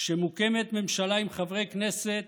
כשמוקמת ממשלה עם חברי כנסת